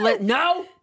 no